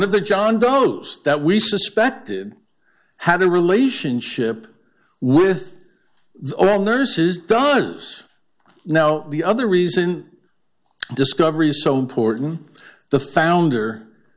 of the john dos that we suspected had a relationship with the nurses douglas now the other reason discovery so important the founder